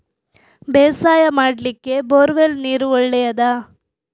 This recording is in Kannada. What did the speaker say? ಬೇಸಾಯ ಮಾಡ್ಲಿಕ್ಕೆ ಬೋರ್ ವೆಲ್ ನೀರು ಒಳ್ಳೆಯದಾ?